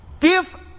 give